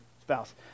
spouse